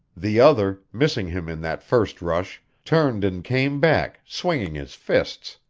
the other, missing him in that first rush, turned and came back, swinging his fists.